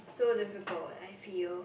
so difficult I feel